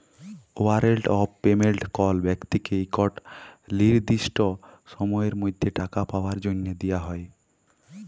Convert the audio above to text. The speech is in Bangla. ওয়ারেল্ট অফ পেমেল্ট কল ব্যক্তিকে ইকট লিরদিসট সময়ের মধ্যে টাকা পাউয়ার জ্যনহে দিয়া হ্যয়